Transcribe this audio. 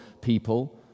people